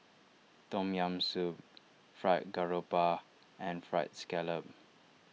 Tom Yam Soup Fried Garoupa and Fried Scallop